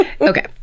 Okay